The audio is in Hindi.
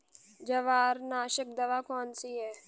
जवारनाशक दवा कौन सी है?